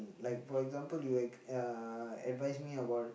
like for example you like uh advice me about